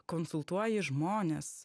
konsultuoji žmones